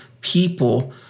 people